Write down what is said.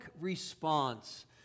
response